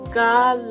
god